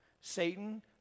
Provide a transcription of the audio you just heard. Satan